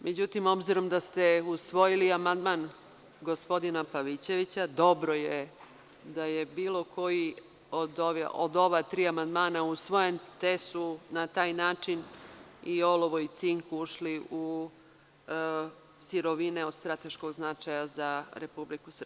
Međutim, obzirom da ste usvojili amandman gospodina Pavićevića, dobro je da je bilo koji od ova tri amandmana usvojen, te su na taj način i olovo i cink ušli u sirovine od strateškog značaja za Republiku Srbiju.